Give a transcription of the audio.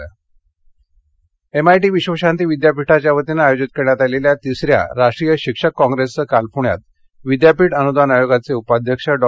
राष्ट्रीय शिक्षक congress MIT विद्वशांती विद्यापीठाच्या वतीनं आयोजित करण्यात आलेल्या तिसऱ्या राष्ट्रीय शिक्षक काँप्रेसचं काल प्ण्यात विद्यापीठ अनुदान आयोगाचे उपाध्यक्ष डॉ